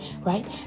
right